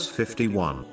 51